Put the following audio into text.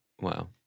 Wow